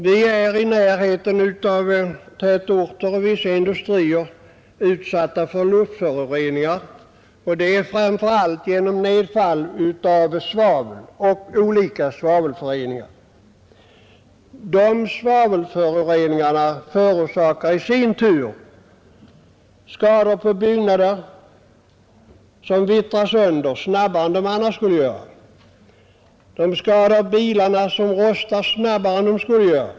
Vi är i närheten av tätorter och vissa industrier utsatta för luftföroreningar, speciellt genom nedfall av svavel och olika svavelföreningar. Svavelföreningarna orsakar i sin tur skador på byggnader, som vittrar sönder snabbare än de annars skulle göra. De skadar bilarna, som rostar snabbare än de annars skulle göra.